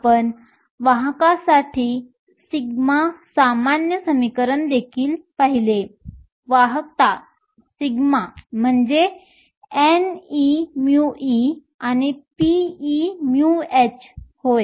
आपण वाहकतासाठी σ सामान्य समीकरण देखील पाहिले वाहकता σ म्हणजे neμe आणि peμh होय